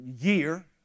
year